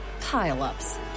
pile-ups